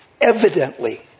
evidently